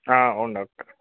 అవును డాక్టర్